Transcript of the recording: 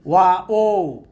wow